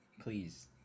Please